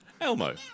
Elmo